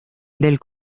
del